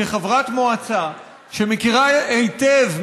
כחברת מועצה שמכירה היטב,